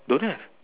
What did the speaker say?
don't have